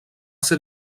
ser